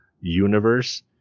universe